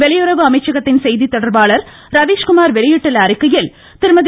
வெளியுறவு அமைச்சகத்தின் செய்தி தொடர்பாளர் ரவீஸ்குமார் வெளியிட்டுள்ள அறிக்கையில் திருமதி